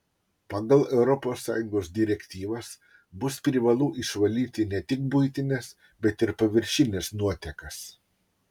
pagal europos sąjungos direktyvas bus privalu išvalyti ne tik buitines bet ir paviršines nuotekas